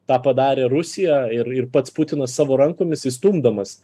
tą padarė rusija ir ir pats putinas savo rankomis įstumdamas